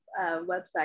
website